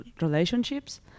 relationships